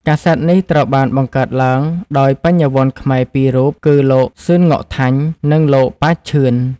កាសែតនេះត្រូវបានបង្កើតឡើងដោយបញ្ញវន្តខ្មែរពីររូបគឺ លោក សឺន ង៉ុកថាញ់ និងលោក ប៉ាច ឈឿន។